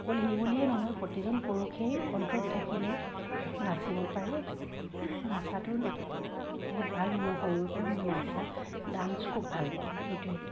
অকল সি বুলিয়েই নহয় প্ৰতিজন পুৰুষেই অন্তৰত থাকিলেই নাচিব পাৰে নচাটো বহুত ভাল মোৰ সৰুৰ পৰা মই নচা ডান্স খুব ভাল পাওঁ এইটোৱেই